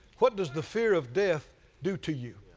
what does the fear of death do to you?